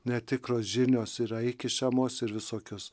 netikros žinios yra įkišamos ir visokios